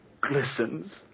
glistens